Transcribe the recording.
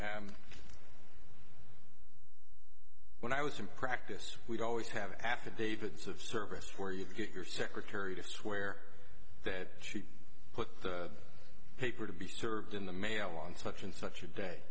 issue when i was in practice we'd always have affidavits of service where you get your secretary to swear that cheap put the paper to be served in the mail on such and such a day